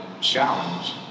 challenge